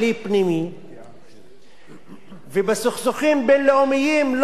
בסכסוכים בין-לאומיים לא דן השופט אדמונד לוי,